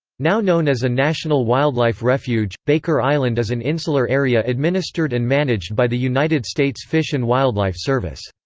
now known as a national wildlife refuge, baker island is an insular area administered and managed by the united states fish and wildlife service.